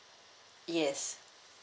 yes